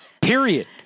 period